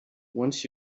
once